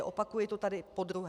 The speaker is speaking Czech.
Opakuji to tady podruhé.